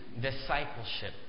discipleship